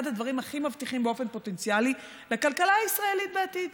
הדברים הכי מבטיחים באופן פוטנציאלי לכלכלה הישראלית בעתיד.